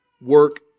work